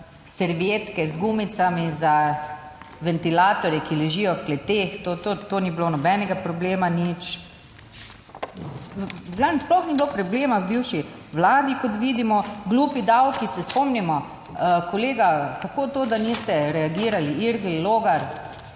servietke z gumicami za ventilatorje, ki ležijo v kleteh, to ni bilo nobenega problema, nič. V glavnem, sploh ni bilo problema v bivši vladi, kot vidimo. Glupi davki se spomnimo kolega, kako to, da niste reagirali, Irgl Logar,